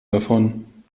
davon